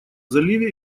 заливе